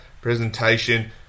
presentation